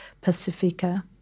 Pacifica